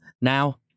Now